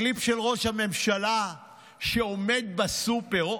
הקליפ של ראש הממשלה שעומד בסופר,